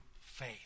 faith